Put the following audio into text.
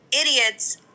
idiots